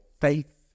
faith